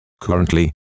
currently